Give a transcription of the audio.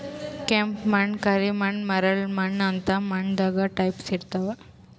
ಕೆಂಪ್ ಮಣ್ಣ್, ಕರಿ ಮಣ್ಣ್, ಮರಳ್ ಮಣ್ಣ್ ಅಂತ್ ಮಣ್ಣ್ ದಾಗ್ ಟೈಪ್ಸ್ ಇರ್ತವ್